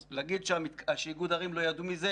אז להגיד שאיגוד ערים לא ידעו מזה,